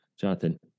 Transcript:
Jonathan